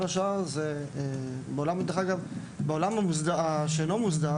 דרך אגב, גם בעולם שאינו מוסדר